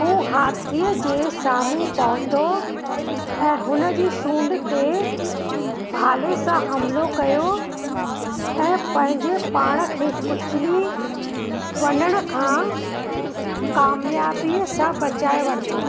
हू हाथीअ जे साम्हूं पहोतो ऐं हुन जी सूंडि ते भाले सां हमिलो कयो ऐं पंहिंजे पाण खे कुचली वञण खां क़ामयाबीअ सां बचाइ वरितो